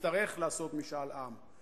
נצטרך לעשות משאל עם.